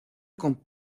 con